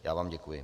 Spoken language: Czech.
Já vám děkuji.